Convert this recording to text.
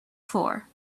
floor